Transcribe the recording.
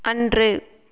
அன்று